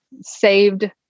saved